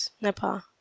Nepal